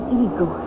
ego